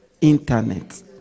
internet